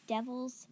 Devils